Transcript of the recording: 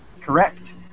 correct